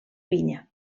vinya